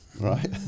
right